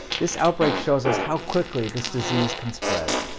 this outbreak shows us how quickly this disease can spread.